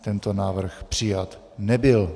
Tento návrh přijat nebyl.